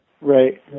Right